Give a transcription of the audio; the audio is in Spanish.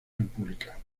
república